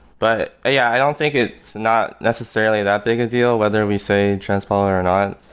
but yeah, i don't think it's not necessarily that big a deal whether we say transpiler or not.